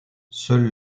seul